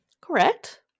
Correct